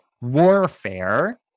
warfare